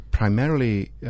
primarily